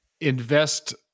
invest